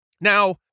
Now